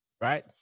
right